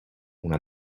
una